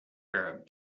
arab